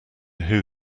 who